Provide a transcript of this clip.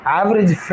average